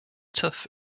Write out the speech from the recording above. tuff